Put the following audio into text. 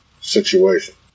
situation